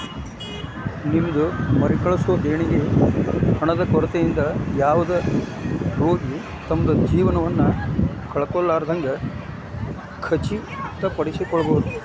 ನಿಮ್ದ್ ಮರುಕಳಿಸೊ ದೇಣಿಗಿ ಹಣದ ಕೊರತಿಯಿಂದ ಯಾವುದ ರೋಗಿ ತಮ್ದ್ ಜೇವನವನ್ನ ಕಳ್ಕೊಲಾರ್ದಂಗ್ ಖಚಿತಪಡಿಸಿಕೊಳ್ಬಹುದ್